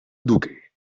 duque